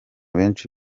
benshi